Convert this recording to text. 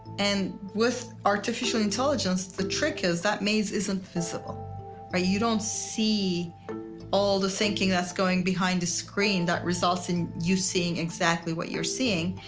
and with artificial intelligence, the trick is that maze isn't visible or you don't see all the thinking that's going behind the screen. that results in you seeing exactly what you're seeing.